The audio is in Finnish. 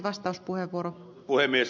arvoisa puhemies